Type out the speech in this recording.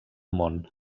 món